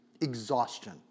exhaustion